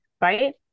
right